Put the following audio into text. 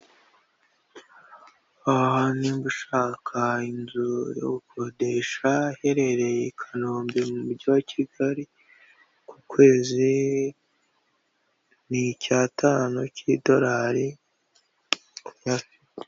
Niba ushaka inzu yo gukodesha iherereye i Kanombe mu mujyi wa Kigali, ku kwezi ni icyatanu cy'idolari, uyafite.